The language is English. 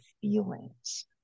feelings